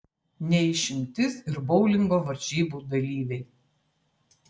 ne išimtis ir boulingo varžybų dalyviai